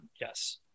Yes